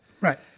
Right